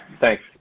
thanks